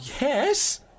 Yes